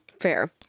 Fair